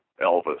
Elvis